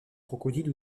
crocodile